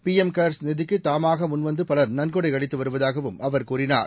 PM CARES நிதிக்கு தாமாக முன்வந்து பவர் நன்கொடை அளித்து வருவதாகவும் அவர் கூறினார்